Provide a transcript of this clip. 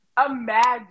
Imagine